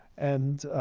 and